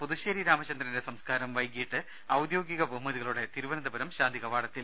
പുതുശ്ശേരി രാമചന്ദ്രന്റെ സംസ്കാരം വൈകീട്ട് ഔദ്യോഗിക ബഹുമതികളോടെ തിരുവനന്തപുരം ശാന്തികവാടത്തിൽ